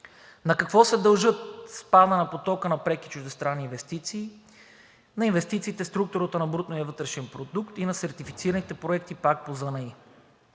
На какво се дължат спадът на потока на преки чуждестранни инвестиции, на инвестициите в структурата на брутния вътрешен продукт и на сертифицираните проекти пак по Закона